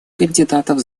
кандидатов